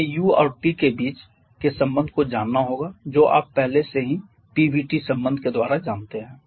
हमें u और T के बीच के संबंध को जानना होगा जो आप पहले से ही P v T संबंध के द्वारा जानते हैं